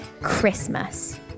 christmas